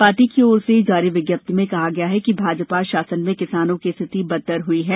party की ओर से जारी विज्ञप्ति में कहा गया है कि भाजपा शासन में किसानों की स्थिति बदतर हुई है